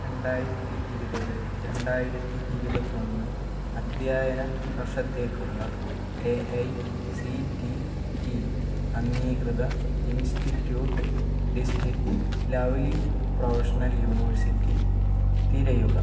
രണ്ടായിരത്തി ഇരുപത് രണ്ടായിരത്തി ഇരുപത്തി ഒന്ന് അധ്യയന വർഷത്തേക്കുള്ള A I C T E അംഗീകൃത ഇൻസ്റ്റിട്യൂട്ട് ലിസ്റ്റിൽ ലൗലി പ്രൊഫഷണൽ യൂണിവേഴ്സിറ്റി തിരയുക